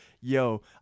Yo